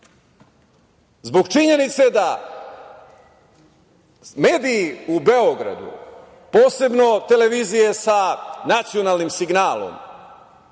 zbog činjenice da mediji u Beogradu, posebno televizije sa nacionalnim signalom,